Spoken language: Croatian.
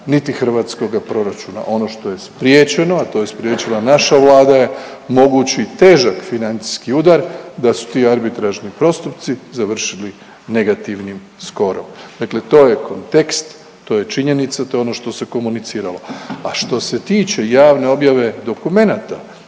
niti hrvatskoga proračuna. Ono što je spriječeno, a to je spriječila naša Vlada je mogući težak financijski udar da su ti arbitražni postupci završili negativnim skoro. Dakle, to je kontekst, to je činjenica, to je ono što se komuniciralo. A što se tiče javne objave dokumenata